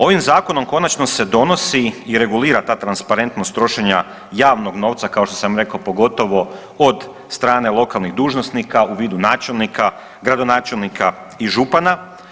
Ovim zakonom konačno se donosi i regulira ta transparentnost trošenja javnog nova, kao to sam rekao pogotovo od strane lokalnih dužnosnika u vidu načelnika, gradonačelnika i župana.